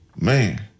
Man